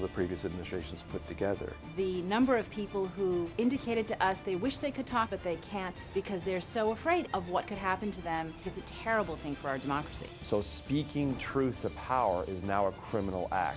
all the previous administrations put together the number of people who indicated to us they wish they could talk but they can't because they're so afraid of what could happen to them it's a terrible thing for our democracy so speaking truth to power is now a criminal a